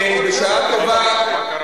מבחינתנו אין שום בעיה.